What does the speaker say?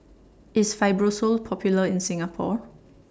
IS Fibrosol Popular in Singapore